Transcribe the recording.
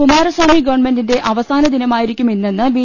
കുമാരസ്വാമി ഗവൺമെന്റിന്റെ അവസാനദിനമായിരിക്കും ഇന്നെന്ന് ബി